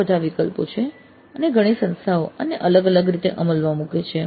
ઘણા બધા વિકલ્પો છે અને ઘણી સંસ્થાઓ આને અલગ અલગ રીતે અમલમાં મૂકે છે